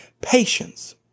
patience